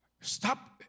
Stop